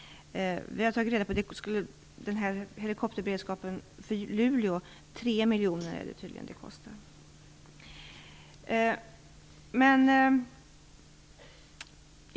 När det gäller helikopterberedskapen för Luleå har vi tagit reda på att den kostar 3 miljoner.